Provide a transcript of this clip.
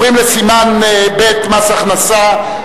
אנחנו עוברים לסימן ב', מס הכנסה.